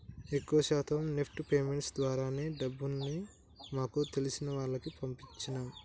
ఎక్కువ శాతం NEFT payments ద్వారానే డబ్బుల్ని మాకు తెలిసిన వాళ్లకి పంపించినం